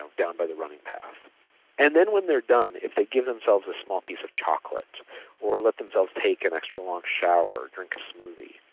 down by the running path and then when they're done if they give themselves a small piece of chocolate or let themselves take an extra long shower, drink a smoothie.